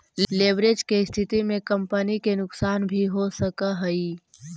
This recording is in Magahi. लेवरेज के स्थिति में कंपनी के नुकसान भी हो सकऽ हई